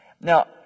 Now